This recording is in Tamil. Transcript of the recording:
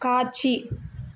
காட்சி